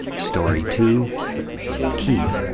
story two key,